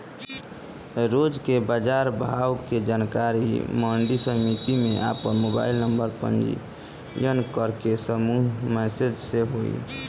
रोज के बाजार भाव के जानकारी मंडी समिति में आपन मोबाइल नंबर पंजीयन करके समूह मैसेज से होई?